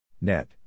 Net